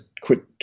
quit